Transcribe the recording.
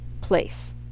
place